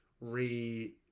re